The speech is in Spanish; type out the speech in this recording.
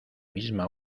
misma